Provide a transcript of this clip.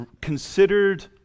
considered